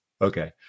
Okay